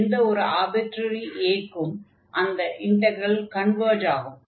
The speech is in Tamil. எந்த ஒரு ஆர்பிட்ரரி a க்கும் அந்த இன்டக்ரல் கன்வர்ஜ் ஆகும்